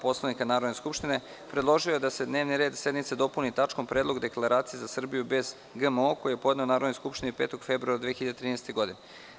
Poslovnika Natrodne skupštine, predložio je da se dnevni red sednice dopuni tačkom – Predlog deklaracije za Srbiju bez GMO, koji je podneo Narodnoj skupštini 5. februara 2013. godine.